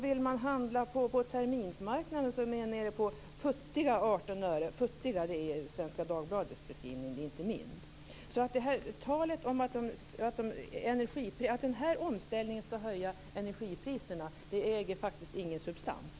Vill man handla på terminsmarknaden är man nere på "futtiga" - detta är Svenska Dagbladets beskrivning, inte min - 18 öre. Talet om att den här omställningen gör att energipriserna höjs äger faktiskt ingen substans.